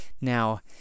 Now